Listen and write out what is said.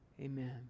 Amen